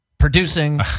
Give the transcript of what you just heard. Producing